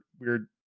weird